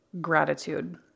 gratitude